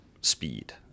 speed